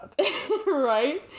Right